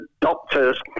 doctors